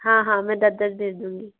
हाँ हाँ मैं दस दस भेज दूँगी